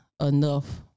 enough